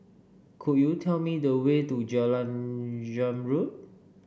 could you tell me the way to Jalan Zamrud